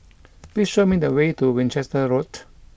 please show me the way to Winchester Road